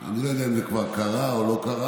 אני לא יודע אם זה כבר קרה או לא קרה.